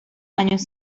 años